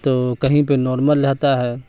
تو کہیں پہ نارمل رہتا ہے